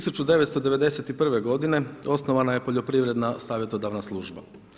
1991. godine osnovana je Poljoprivredna savjetodavna služba.